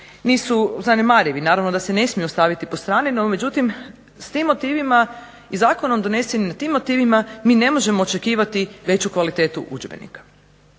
nisu zanemarivi, naravno da se ne smiju ostaviti po strani. No međutim, s tim motivima i zakonom donesenim na tim motivima mi ne možemo očekivati veću kvalitetu udžbenika.